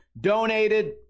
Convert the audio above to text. donated